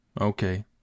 okay